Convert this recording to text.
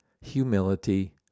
humility